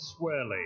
Swirly